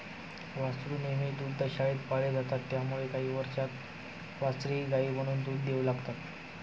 वासरू नेहमी दुग्धशाळेत पाळले जातात त्यामुळे काही वर्षांत वासरेही गायी बनून दूध देऊ लागतात